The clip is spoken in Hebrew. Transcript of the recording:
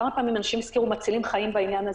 כמה פעמים אנשים הזכירו "מצילים חיים" בעניין הזה.